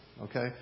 okay